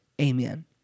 Amen